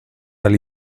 del